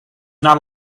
not